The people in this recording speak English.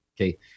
Okay